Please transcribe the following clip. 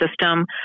system